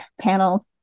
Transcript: panel